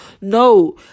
No